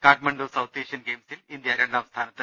Kathmandu south Asian ഗെയിംസിൽ India രണ്ടാം സ്ഥാനത്ത്